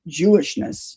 Jewishness